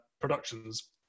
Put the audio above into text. productions